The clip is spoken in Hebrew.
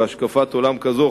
ומהשקפת עולם כזאת,